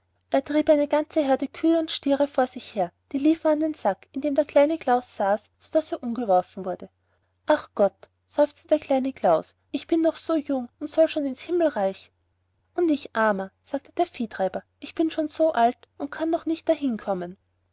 er trieb eine ganze herde kühe und stiere vor sich her die liefen an den sack in dem der kleine klaus saß so daß er umgeworfen wurde ach gott seufzte der kleine klaus ich bin noch so jung und soll schon ins himmelreich und ich armer sagte der viehtreiber bin schon so alt und kann noch immer nicht dahin